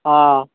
हँ